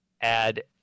add